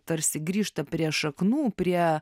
tarsi grįžta prie šaknų prie